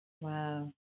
Wow